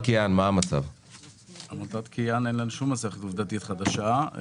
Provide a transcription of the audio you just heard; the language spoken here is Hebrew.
קטי, מה שאתה עושה זה עבירה פלילית, חאלס.